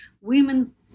women